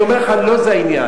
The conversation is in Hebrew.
אני אומר לך, לא זה העניין.